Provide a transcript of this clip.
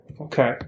Okay